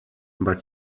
but